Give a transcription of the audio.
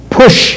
push